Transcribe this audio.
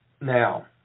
Now